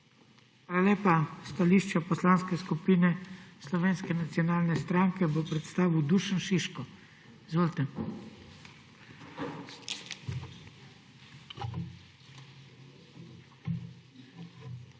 Hvala lepa. Stališče Poslanske skupine Slovenske nacionalne stranke bo predstavil Dušan Šiško. Izvolite.